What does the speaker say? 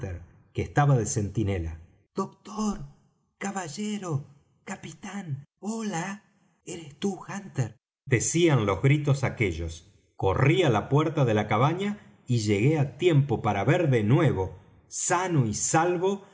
que estaba de centinela doctor caballero capitán hola eres tú hunter decían los gritos aquellos corrí á la puerta de la cabaña y llegué á tiempo para ver de nuevo sano y salvo